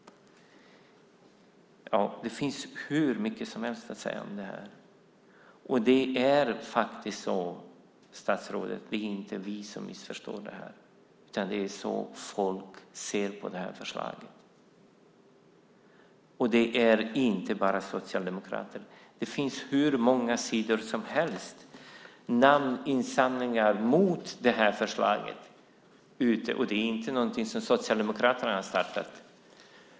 Det finns hur mycket som helst att säga om det här. Det är faktiskt så, statsrådet, att det inte är vi som missförstår det här, utan det är så folk ser på det här förslaget. Och det är inte bara Socialdemokraterna. Det finns hur många sidor namninsamlingar som helst mot det här förslaget ute, och det är inte någonting som Socialdemokraterna har startat.